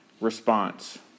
response